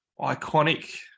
iconic